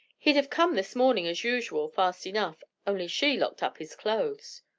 he'd have come this morning, as usual, fast enough, only she locked up his clothes.